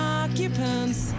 occupants